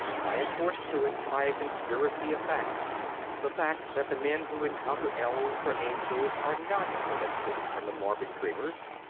i am forced to it by a conspiracy of facts the fact that the men who encounter elves or angels are not the mystics and the morbid dreamers,